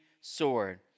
sword